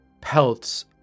pelts